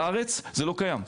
בארץ זה לא קיים.